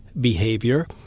behavior